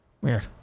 Weird